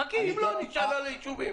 חכי, אם לא, נשאל על היישובים.